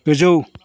गोजौ